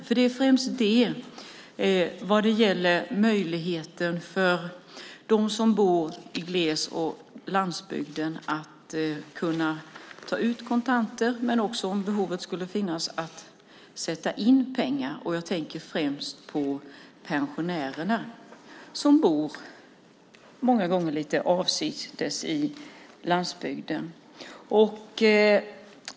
Det gäller främst möjligheten för dem som bor i gles och landsbygden att ta ut kontanter men också om behovet skulle finnas att sätta in pengar. Jag tänker främst på de pensionärer som många gånger bor lite avsides på landsbygden.